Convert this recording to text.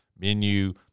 menu